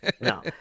No